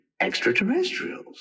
extraterrestrials